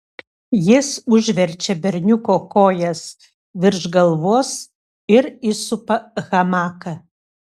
jis užverčia berniuko kojas virš galvos ir įsupa hamaką